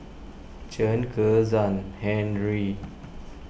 Chen Kezhan Henri